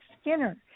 Skinner